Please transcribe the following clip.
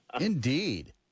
Indeed